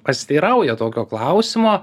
pasiteirauja tokio klausimo